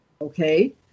okay